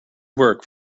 work